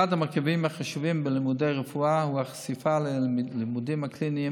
אחד המרכיבים החשובים בלימודי הרפואה הוא החשיפה ללימודים הקליניים,